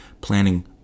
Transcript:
planning